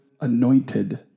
anointed